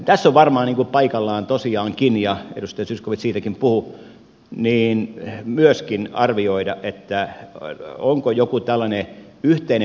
tässä on varmaan paikallaan tosiaankin edustaja zyskowicz siitäkin puhui myös arvioida onko joku tällainen yhteinen pelisääntö